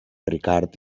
ricard